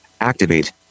Activate